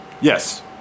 Yes